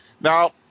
Now